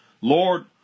Lord